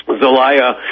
Zelaya